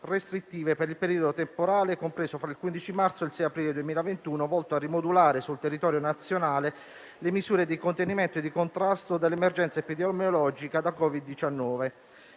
restrittive per il periodo temporale compreso fra il 15 marzo e il 6 aprile 2021, volto a rimodulare sul territorio nazionale le misure di contenimento e di contrasto dell'emergenza epidemiologica da Covid-19,